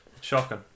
Shocking